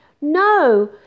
No